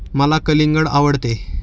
मला कलिंगड आवडते